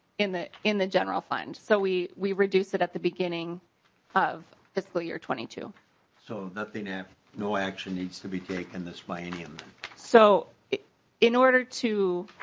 in the in the general fund so we we reduce it at the beginning of fiscal year twenty two so nothing and no action needs to be taken this biennium so it in order to.